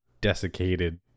desiccated